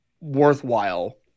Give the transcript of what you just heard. worthwhile